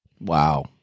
Wow